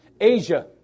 asia